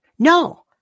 No